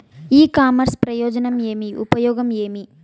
ఇ commerce ప్రయోజనం ఏమి? ఉపయోగం ఏమి?